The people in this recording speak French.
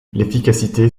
l’efficacité